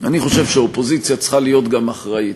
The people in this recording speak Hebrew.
אני חושב שהאופוזיציה צריכה להיות גם אחראית,